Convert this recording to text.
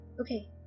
Okay